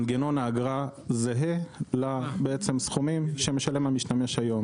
מנגנון האגרה זהה לסכומים שמשלם המשתמש היום.